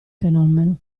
fenomeno